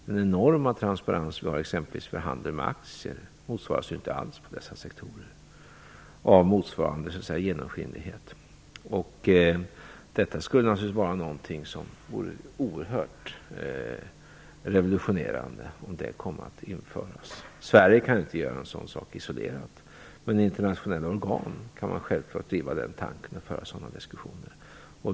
Den enorma transparensen vi har exempelvis för handeln med aktier har inte alls någon motsvarighet på dessa sektorer. Det skulle naturligtvis vara oerhört revolutionerande om detta kom att införas. Sverige kan inte göra en sådan sak isolerat. I internationella organ kan man självfallet driva den tanken och föra sådana diskussioner.